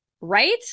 Right